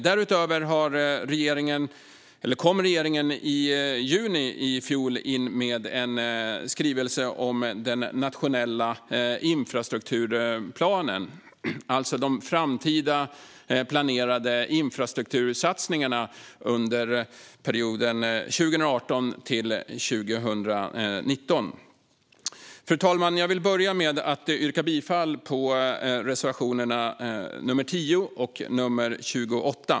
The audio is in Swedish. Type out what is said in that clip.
Därutöver kom regeringen i juni i fjol in med en skrivelse om den nationella infrastrukturplanen, alltså de framtida planerade infrastruktursatsningarna under perioden 2018-2019. Fru talman! Jag vill börja med att yrka bifall till reservationerna nr 10 och 28.